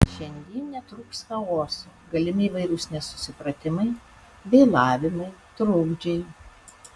šiandien netrūks chaoso galimi įvairūs nesusipratimai vėlavimai trukdžiai